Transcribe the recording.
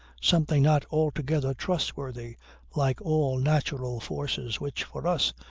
something not altogether trustworthy like all natural forces which, for us,